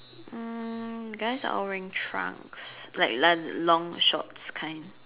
mm guys are all wearing trunks like la~ long shorts kind